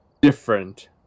different